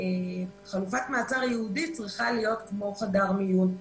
חלופת מעצר ייעודית צריכה להיות כמו חדר מיון.